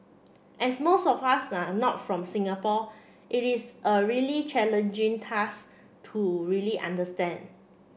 as most of us are not from Singapore it is a really challenging task to really understand